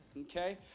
Okay